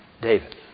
David